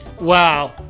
Wow